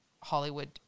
Hollywood